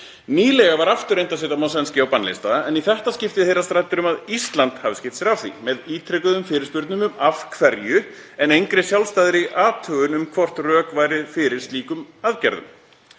Nýlega var aftur reynt setja Mosjenskí á bannlista en í þetta skiptið heyrast raddir um að Ísland hafi skipt sér af því með ítrekuðum fyrirspurnum um af hverju, en engri sjálfstæðri athugun um hvort rök væru fyrir slíkum aðgerðum.